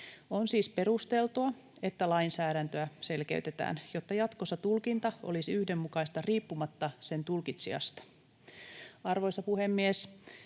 On siis perusteltua, että lainsäädäntöä selkeytetään, jotta jatkossa tulkinta olisi yhdenmukaista riippumatta sen tulkitsijasta. Arvoisa puhemies!